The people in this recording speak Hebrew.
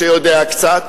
שיודע קצת.